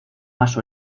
más